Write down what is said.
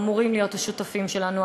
אמורים להיות השותפים שלנו,